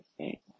okay